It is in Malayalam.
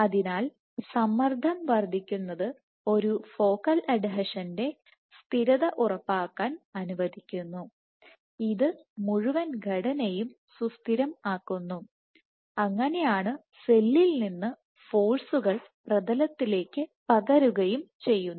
അതിനാൽ സമ്മർദ്ദം വർദ്ധിക്കുന്നത് ഒരു ഫോക്കൽ അഡ്ഹീഷന്റെ സ്ഥിരത ഉറപ്പാക്കാൻ അനുവദിക്കുന്നു ഇത് മുഴുവൻ ഘടനയും സുസ്ഥിരം ആക്കുന്നു അങ്ങനെയാണ് സെല്ലിൽ നിന്ന് ഫോഴ്സുകൾ പ്രതലത്തിലേക്ക് പകരുകയും ചെയ്യുന്നത്